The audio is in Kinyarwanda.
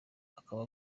akaba